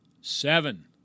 seven